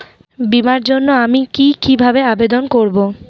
বিমার জন্য আমি কি কিভাবে আবেদন করব?